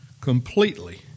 completely